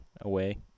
away